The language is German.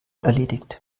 erledigt